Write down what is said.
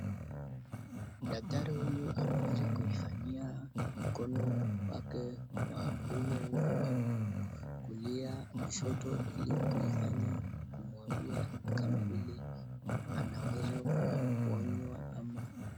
Dakatari huyu ameweza kuifanyia mkono wake wa mgonjwa huyu wa kulia kushoto ili kuifanya kumwambia kama vile anaweza kuiponywa ama.